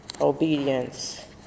Obedience